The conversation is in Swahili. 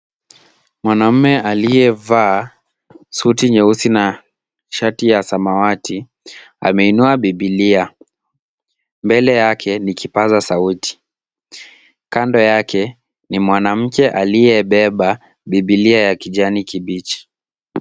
Mwanamume aliyevaa suti nyeusi na shati ya samawati ameinua Biblia. Mbele yake ni kipaza sauti. Kando yake ni mwanamke aliyebeba Biblia ya kijani kibichi.